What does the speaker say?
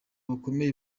bakomeye